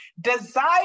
desire